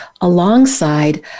alongside